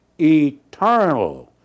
eternal